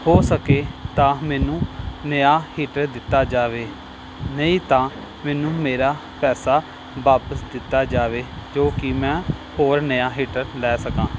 ਹੋ ਸਕੇ ਤਾਂ ਮੈਨੂੰ ਨਿਆ ਹੀਟਰ ਦਿੱਤਾ ਜਾਵੇ ਨਹੀਂ ਤਾਂ ਮੈਨੂੰ ਮੇਰਾ ਪੈਸਾ ਵਾਪਿਸ ਦਿੱਤਾ ਜਾਵੇ ਜੋ ਕਿ ਮੈਂ ਹੋਰ ਨਿਆ ਹੀਟਰ ਲੈ ਸਕਾਂ